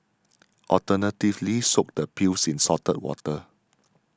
alternatively soak the peels in salted water